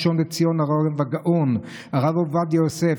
הראשון לציון הרב הגאון הרב עובדיה יוסף,